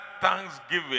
thanksgiving